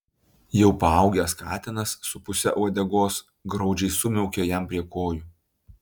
jau paaugęs katinas su puse uodegos graudžiai sumiaukė jam prie kojų